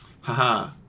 Haha